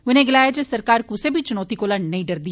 उनें गलाया जे सरकार क्सै बी चुनौती कोला नेंई डरदी